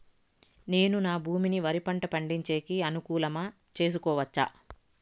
నేను నా భూమిని వరి పంట పండించేకి అనుకూలమా చేసుకోవచ్చా?